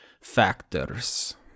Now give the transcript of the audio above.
factors